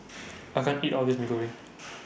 I can't eat All of This Mee Goreng